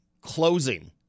closing